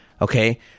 Okay